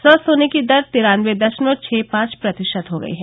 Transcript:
स्वस्थ होने की दर तिरानबे दशमलव छह पांच प्रतिशत हो गई है